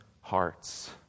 hearts